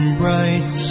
bright